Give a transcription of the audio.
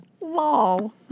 LOL